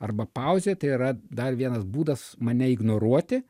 arba pauzė tai yra dar vienas būdas mane ignoruoti